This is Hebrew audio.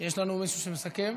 יש לנו מישהו שמסכם?